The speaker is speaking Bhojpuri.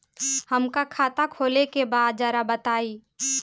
हमका खाता खोले के बा जरा बताई?